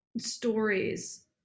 stories